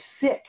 sick